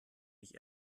mich